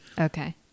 Okay